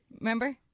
remember